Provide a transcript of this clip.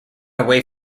away